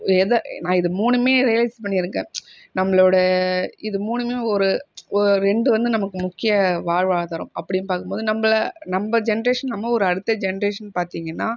எதை நான் இது மூணுமே ரியலைஸ் பண்ணிருக்கேன் நம்மளோடய இது மூணுமே ஒரு ஒரு ரெண்டு வந்து நமக்கு முக்கிய வாழ்வாதாரம் அப்படினு பார்க்கும் போது நம்பளை நம்ப ஜெனரேஷன் இல்லாமல் அடுத்த ஜெனரேஷன் பார்த்திங்கன்னா